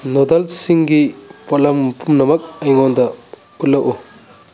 ꯅꯨꯗꯜꯁꯤꯡꯒꯤ ꯄꯣꯠꯂꯝ ꯄꯨꯝꯅꯃꯛ ꯑꯩꯉꯣꯟꯗ ꯎꯠꯂꯛꯎ